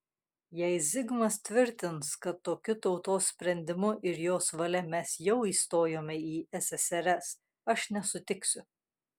jei zigmas tvirtins kad tokiu tautos sprendimu ir jos valia mes jau įstojome į ssrs aš nesutiksiu